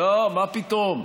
לא, מה פתאום.